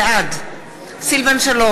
בעד סילבן שלום,